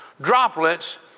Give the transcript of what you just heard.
droplets